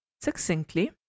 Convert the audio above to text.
Succinctly